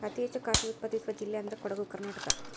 ಅತಿ ಹೆಚ್ಚು ಕಾಫಿ ಉತ್ಪಾದಿಸುವ ಜಿಲ್ಲೆ ಅಂದ್ರ ಕೊಡುಗು ಕರ್ನಾಟಕ